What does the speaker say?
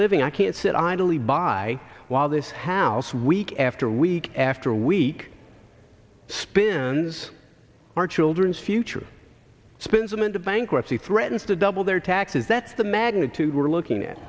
living i can't sit idly by while this house week after week after week spends our children's future spins them into bankruptcy threatens to double their taxes that's the magnitude we're looking at